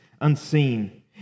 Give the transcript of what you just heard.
unseen